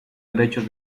derechos